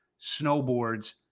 snowboards